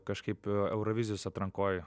kažkaip eurovizijos atrankoj